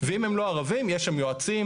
ואם הם לא ערבים יש שם יועצים.